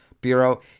Bureau